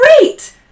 great